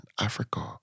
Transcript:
Africa